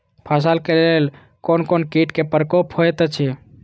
फसल के लेल कोन कोन किट के प्रकोप होयत अछि?